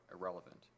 irrelevant